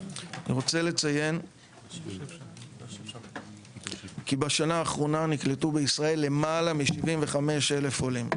אני רוצה לציין כי בשנה האחרונה נקלטו בישראל למעלה מ-75,000 עולים,